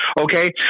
okay